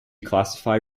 classify